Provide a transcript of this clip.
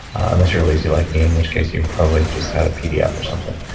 unless you're lazy like me in which case you probably just had a pdf or something.